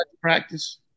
practice